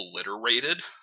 obliterated